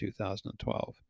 2012